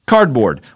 Cardboard